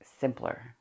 simpler